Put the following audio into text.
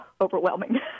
overwhelming